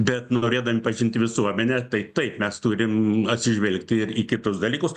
bet norėdami pažinti visuomenę tai taip mes turim atsižvelgti ir į kitus dalykus